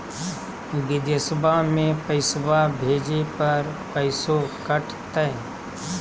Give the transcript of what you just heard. बिदेशवा मे पैसवा भेजे पर पैसों कट तय?